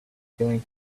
feeling